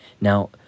Now